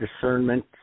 discernment